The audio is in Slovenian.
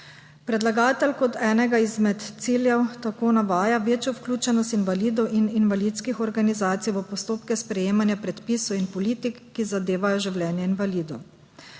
Predlagatelj kot enega izmed ciljev tako navaja večjo vključenost invalidov in invalidskih organizacij v postopke sprejemanja predpisov in politik, ki zadevajo življenje invalidov.